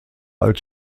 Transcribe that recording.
als